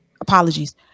apologies